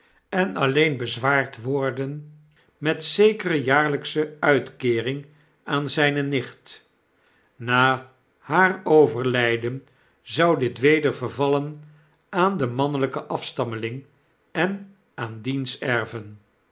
en alleen bezwaard worden met zekere jaarlyksche uitkeering aan zyne nicht na haar overlij den zou dit weder vervallen aan den mannelijken afstammeling en aan diens erven